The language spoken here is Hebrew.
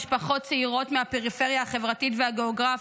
משפחות צעירות מהפריפריה החברתית והגיאוגרפית,